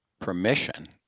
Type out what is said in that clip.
permission